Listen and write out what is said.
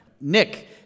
Nick